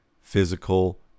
physical